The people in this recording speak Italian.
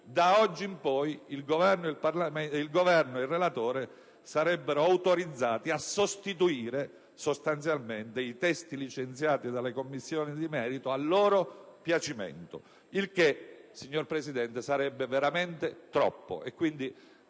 da oggi in poi il Governo e il relatore sarebbero autorizzati a sostituire sostanzialmente i testi licenziati dalle Commissioni di merito a loro piacimento, il che, signor Presidente, sarebbe veramente troppo.